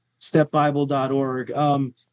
stepbible.org